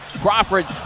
Crawford